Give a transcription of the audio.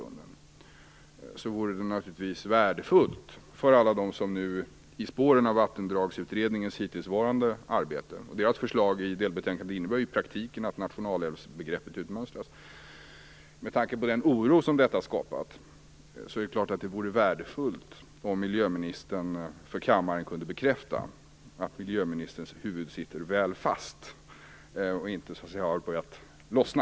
Vattendragsutredningens förslag i delbetänkandet innebär i praktiken att nationalälvsbegreppet utmönstras. Med tanke på den oro som detta har skapat är det klart att det vore värdefullt om miljöministern för kammaren kunde bekräfta att miljöministerns huvud sitter ordentligt fast och att det så att säga inte har börjat lossna.